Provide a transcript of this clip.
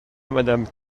madame